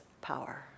power